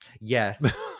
Yes